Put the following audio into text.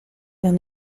dans